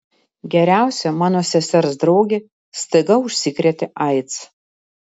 geriausia mano sesers draugė staiga užsikrėtė aids